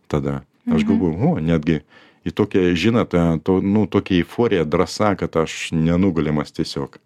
tada aš galvoju o netgi į tokią žinot to nu tokį euforija drąsa kad aš nenugalimas tiesiog